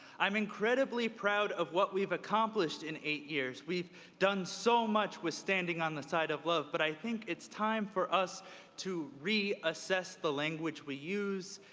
i'm incredibly proud of what we've accomplished in eight years. we've done so much withstand withstanding on the side of love, but i think it's time for us to reaccess the language we use,